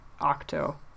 Octo